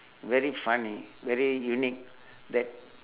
very funny very unique that